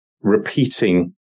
repeating